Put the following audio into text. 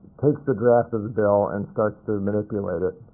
takes the draft of the bill and starts to manipulate it.